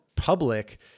public